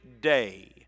day